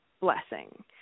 blessing